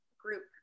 group